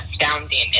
astounding